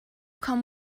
come